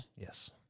Yes